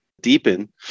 deepen